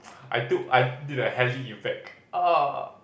I took I did a heli effect